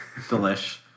delish